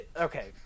okay